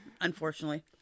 unfortunately